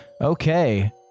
Okay